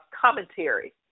commentary